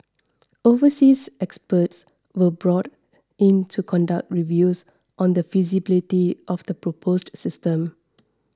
overseas experts were brought in to conduct reviews on the feasibility of the proposed system